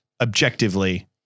objectively